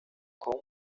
com